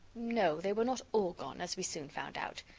no, they were not all gone, as we soon found out.